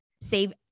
save